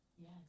Yes